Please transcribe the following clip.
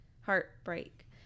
Heartbreak